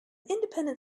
independent